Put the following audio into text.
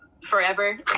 forever